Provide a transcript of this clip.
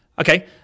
Okay